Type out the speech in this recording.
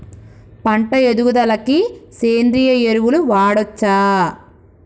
పంట ఎదుగుదలకి సేంద్రీయ ఎరువులు వాడచ్చా?